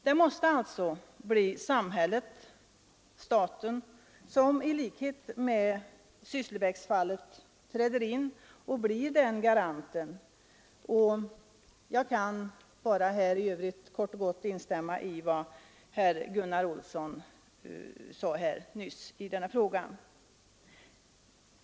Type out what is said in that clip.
Det måste alltså bli samhället, staten, som liksom i Sysslebäcksfallet träder in och blir garant. Jag kan här bara kort och gott instämma i vad herr Olsson i Edane sade nyss i denna fråga.